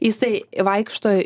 jisai vaikšto